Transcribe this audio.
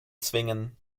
zwingen